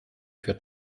für